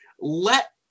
Let